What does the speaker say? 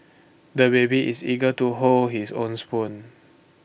the baby is eager to hold his own spoon